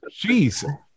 jeez